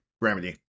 Remedy